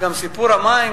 גם סיפור המים,